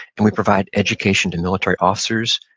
and we provide education to military officers,